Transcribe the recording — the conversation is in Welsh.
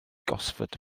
gosford